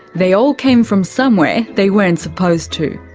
they all came from somewhere they weren't supposed to.